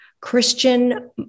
Christian